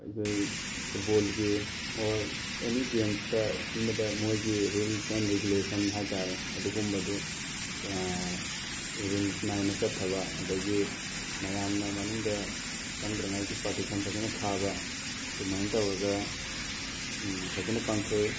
ꯑꯩꯈꯣꯏ ꯐꯨꯠꯕꯣꯜꯒꯤ or any ꯒꯦꯝꯁꯇ ꯁꯤꯟꯕꯗ ꯃꯣꯏꯒꯤ ꯔꯨꯜꯁ ꯑꯦꯟ ꯔꯤꯒꯨꯂꯦꯁꯟ ꯍꯥꯏꯇꯥꯔꯦ ꯑꯗꯨꯒꯨꯝꯕꯗꯨ ꯔꯨꯜꯁ ꯅꯥꯏꯅ ꯆꯠꯊꯕ ꯑꯗꯒꯤ ꯃꯌꯥꯝꯅ ꯃꯅꯨꯡꯗ ꯆꯪꯗ꯭ꯔꯤꯉꯩꯒꯤ ꯄꯥꯔꯇꯤꯁꯟ ꯐꯖꯅ ꯈꯥꯕ ꯑꯗꯨꯃꯥꯏ ꯇꯧꯔꯒ ꯐꯖꯅ ꯄꯥꯡꯊꯣꯛꯏ